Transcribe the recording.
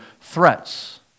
threats